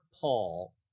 Paul